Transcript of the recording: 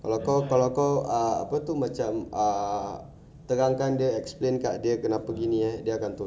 kalau kau kalau kau ah apa tu macam ah terangkan dia eh explain kat dia kenapa gini eh dia akan tolong